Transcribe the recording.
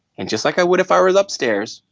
and just like i would if i were upstairs,